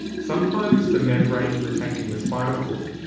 sometimes the membrane protecting the spinal cord,